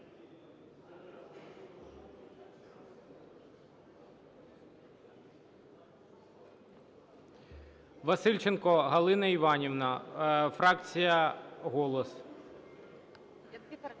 Васильченко Галина Іванівна, фракція "Голос".